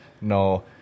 no